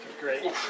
Great